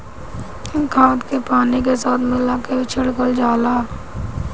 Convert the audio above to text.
खाद के पानी के साथ मिला के छिड़कल जाला